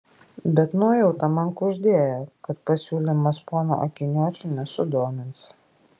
bet nuojauta man kuždėjo kad pasiūlymas pono akiniuočio nesudomins